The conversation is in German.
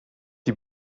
die